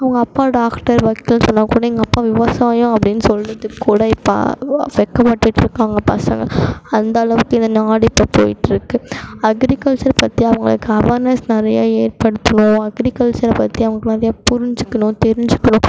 அவங்க அப்பா டாக்டரு வக்கீல் சொன்னல் கூட எங்கள் அப்பா விவசாயம் அப்படின்னு சொல்லிகிட்டு கூட இப்போ வெட்க பட்டுகிட்டு இருக்காங்க பசங்கள் அந்த அளவுக்கு இந்த நாடு இப்போது போய்ட்டு இருக்கு அக்ரிகல்ச்சர் பற்றி அவங்களுக்கு அவர்னஸ் நிறையா ஏற்படுத்தணும் அக்ரிகல்ச்சரை பற்றி அவங்குளாவே புரிஞ்சிக்கணும் தெரிஞ்சிக்கணும்